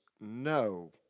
no